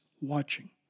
watching